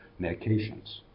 medications